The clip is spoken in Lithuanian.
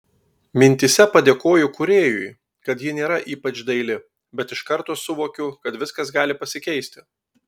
mintyse padėkoju kūrėjui kad ji nėra ypač daili bet iš karto suvokiu kad viskas gali pasikeisti